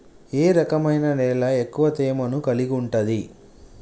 ఏ రకమైన నేల ఎక్కువ తేమను కలిగుంటది?